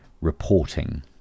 reporting